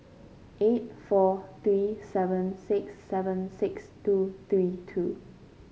eight four three seven six seven six two three two